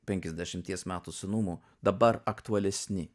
penkiasdešimties metų senumo dabar aktualesni